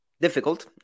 difficult